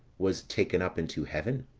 was taken up into heaven.